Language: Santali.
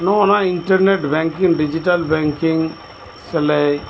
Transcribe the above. ᱱᱚᱜᱱᱟ ᱤᱱᱴᱟᱨᱱᱮᱴ ᱵᱮᱝᱠᱤᱝ ᱰᱤᱡᱤᱴᱟᱞ ᱵᱮᱝᱠᱤᱝ ᱥᱮᱞᱮᱫ